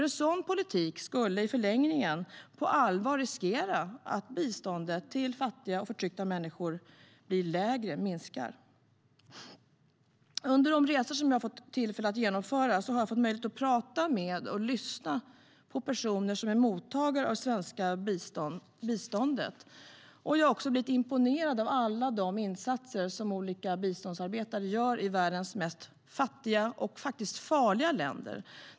En sådan politik skulle i förlängningen på allvar riskera att biståndet till fattiga och förtryckta människor minskade. Under de resor som jag fått tillfälle att genomföra har jag fått möjlighet att prata med och lyssna på personer som är mottagare av svenskt bistånd. Jag har också blivit imponerad av alla de insatser som olika biståndsarbetare gör i världens fattigaste och farligaste länder.